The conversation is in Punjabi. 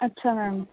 ਅੱਛਾ ਮੈਮ